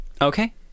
Okay